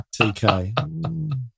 TK